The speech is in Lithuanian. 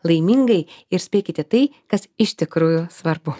laimingai ir spėkite tai kas iš tikrųjų svarbu